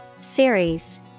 Series